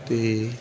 ਤੇ